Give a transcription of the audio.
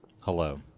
hello